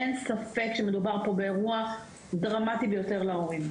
אין ספק שמדובר פה באירוע דרמטי ביותר להורים.